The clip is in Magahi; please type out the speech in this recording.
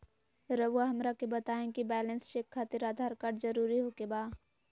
रउआ हमरा के बताए कि बैलेंस चेक खातिर आधार कार्ड जरूर ओके बाय?